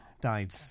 died